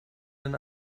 den